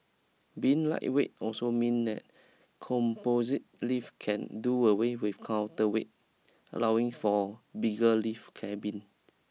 being lightweight also mean that composite lifts can do away with counterweight allowing for bigger lift cabin